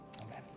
amen